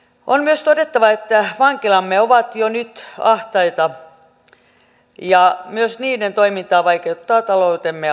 on myös todettava että vankilamme ovat jo nyt ahtaita ja myös niiden toimintaa vaikeuttaa taloutemme ahdinko